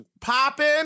popping